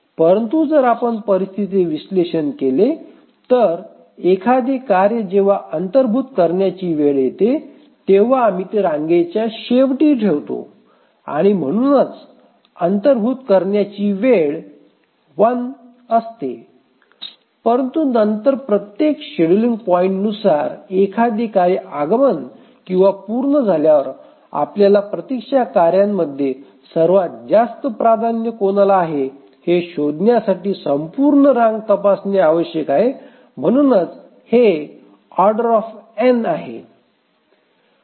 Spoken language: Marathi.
परंतु जर आपण या परिस्थितीचे विश्लेषण केले तर एखादे कार्य जेव्हा अंतर्भूत करण्याची वेळ येते तेव्हा आम्ही ते रांगेच्या शेवटी ठेवतो आणि म्हणून अंतर्भूत करण्याची वेळ1 असते परंतु नंतर प्रत्येक शेड्यूलिंग पॉईंट नुसार एखादे कार्य आगमन किंवा पूर्ण झाल्यावर आपल्याला प्रतीक्षा कार्यांमध्ये सर्वात जास्त प्राधान्य कोणाला आहे हे शोधण्यासाठी संपूर्ण रांग तपासणे आवश्यक आहे आणि म्हणूनच हे O आहे